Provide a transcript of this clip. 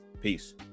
peace